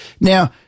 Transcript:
Now